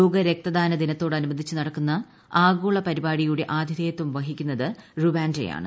ലോക രക്തദാന ദിനത്തോട് അനുബന്ധിച്ച് നടക്കുന്ന ആഗോള പരിപാടിയുടെ ആതിഥേയത്വം വഹിക്കുന്നത് റുവാൻഡയാണ്